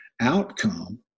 outcome